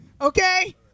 Okay